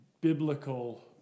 biblical